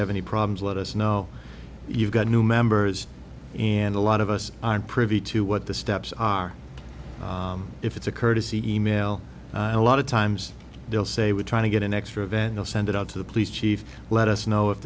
have any problems let us know you've got new members and a lot of us aren't privy to what the steps are if it's a courtesy e mail a lot of times they'll say we're trying to get an extra event i'll send it out to the police chief let us know if